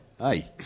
Hi